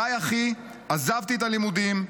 די, אחי, עזבתי את הלימודים.